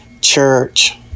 church